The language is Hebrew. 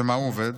במה הוא עובד?